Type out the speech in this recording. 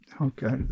okay